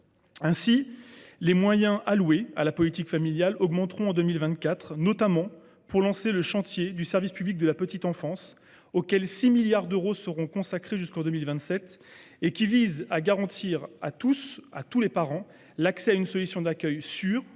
Ainsi, les fonds alloués à la politique familiale augmenteront en 2024, notamment pour lancer le chantier du service public de la petite enfance, auquel 6 milliards d’euros seront consacrés jusqu’en 2027, de manière à garantir à tout parent l’accès à une solution d’accueil sûre,